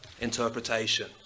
interpretation